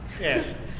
Yes